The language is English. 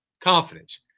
confidence